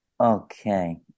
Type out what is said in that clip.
Okay